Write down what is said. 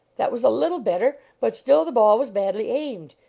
that was a little better, but still the ball was badly aimed.